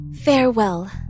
Farewell